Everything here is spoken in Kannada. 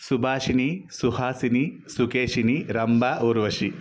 ಸುಭಾಷಿಣಿ ಸುಹಾಸಿನಿ ಸುಕೇಶಿನಿ ರಂಭಾ ಊರ್ವಶಿ